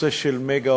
בכל הנושא של "מגה",